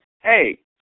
hey